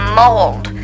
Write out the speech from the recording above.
mold